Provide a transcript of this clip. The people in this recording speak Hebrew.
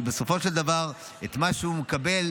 כי בסופו של דבר את מה שהוא מקבל,